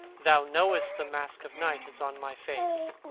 thou knowest the mask of night is on my face,